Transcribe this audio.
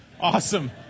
Awesome